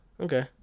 Okay